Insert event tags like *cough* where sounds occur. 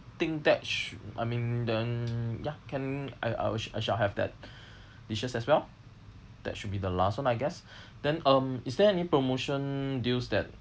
think that sh~ I mean then ya can I I will sh~ I shall have *breath* that dishes as well that should be the last one I guess *breath* then um is there any promotion deals that